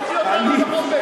תוציא אותנו לחופש,